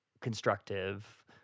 constructive